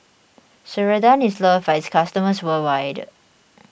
Ceradan is loved by its customers worldwide